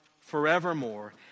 forevermore